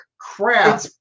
crap